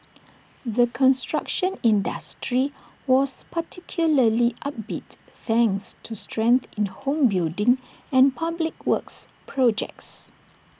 the construction industry was particularly upbeat thanks to strength in home building and public works projects